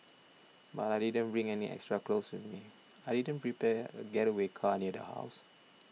but I didn't bring any extra clothes with me I didn't prepare a getaway car near the house